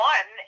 One